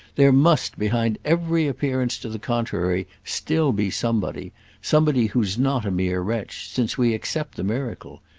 there must, behind every appearance to the contrary, still be somebody somebody who's not a mere wretch, since we accept the miracle.